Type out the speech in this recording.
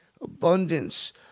abundance